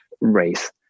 race